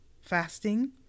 fasting